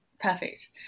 perfect